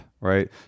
Right